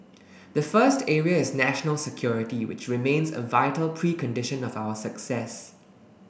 the first area is national security which remains a vital precondition of our success